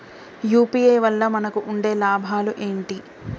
UPI వల్ల మనకు ఉండే లాభాలు ఏంటి?